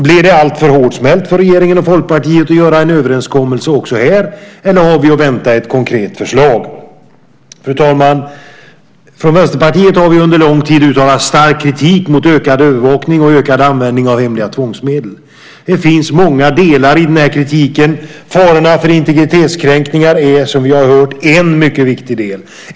Blir det alltför hårdsmält för regeringen och Folkpartiet att göra en överenskommelse också här, eller har vi att vänta ett konkret förslag? Fru talman! Från Vänsterpartiet har vi under lång tid uttalat stark kritik mot ökad övervakning och ökad användning av hemliga tvångsmedel. Det finns många delar i den kritiken. Farorna för integritetskränkning är, som vi hört, en mycket viktig del.